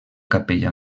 capella